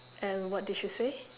and what did she say